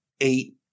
eight